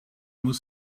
muss